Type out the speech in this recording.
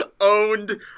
Owned